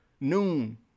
Noon